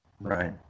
right